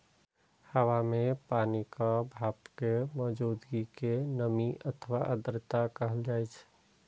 हवा मे पानिक भापक मौजूदगी कें नमी अथवा आर्द्रता कहल जाइ छै